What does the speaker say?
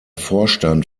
vorstand